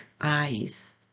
eyes